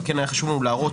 אבל כן היה חשוב לנו להראות